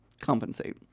compensate